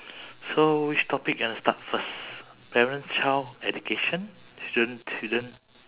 so which topic you wanna start first parent child education student student